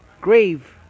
Grave